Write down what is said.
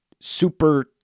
super